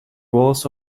walls